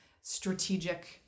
strategic